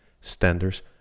standards